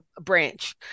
branch